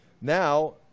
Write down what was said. Now